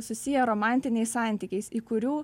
susiję romantiniais santykiais į kurių